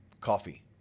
coffee